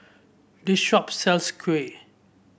this shop sells kuih